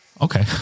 Okay